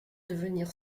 devenir